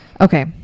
Okay